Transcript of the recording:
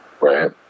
right